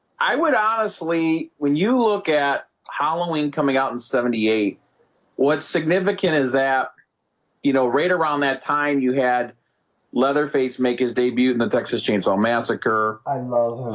i would honestly when you look at halloween coming out in seventy eight what's significant is that you know right around that time you had leatherface make his debut and the texas chainsaw massacre um